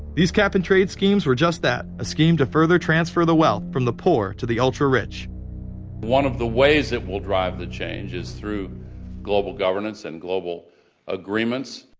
these cap-and-trade schemes were just that, a scheme to further transfer the wealth from the poor to the ultra-rich. one of the ways it will drive the change is through global governance and global agreements.